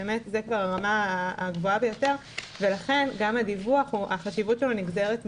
זו כבר הרמה הגבוהה ביותר ולכן החשיבות על הדיווח.